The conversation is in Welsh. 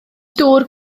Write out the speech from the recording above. dŵr